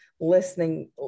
listening